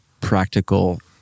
practical